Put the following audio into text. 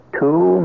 two